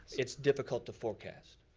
it's difficult to forecast.